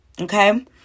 okay